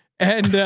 and